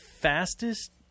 fastest